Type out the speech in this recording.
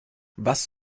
was